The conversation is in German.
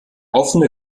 offene